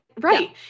Right